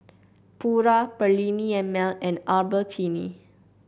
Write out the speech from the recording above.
Pura Perllini and Mel and Albertini